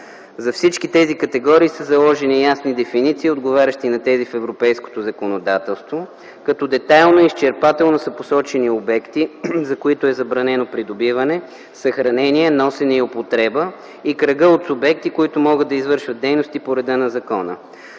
За всички тези категории са заложени ясни дефиниции, отговарящи на тези в европейското законодателство, като детайлно и изчерпателно са посочени обекти, за които е забранено придобиване, съхранение, носене и употреба и кръга от субекти, които могат да извършват дейности по реда на закона,